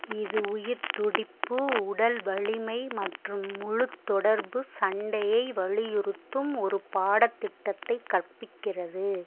இது உயிர்த்துடிப்பு உடல் வலிமை மற்றும் முழுத்தொடர்பு சண்டையை வலியுறுத்தும் ஒரு பாடத்திட்டத்தை கற்பிக்கிறது